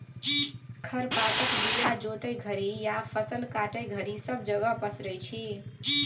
खर पातक बीया जोतय घरी या फसल काटय घरी सब जगह पसरै छी